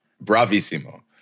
bravissimo